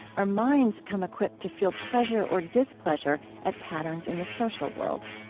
our minds come equipped to feel pleasure or displeasure at patterns in the social world.